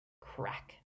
crack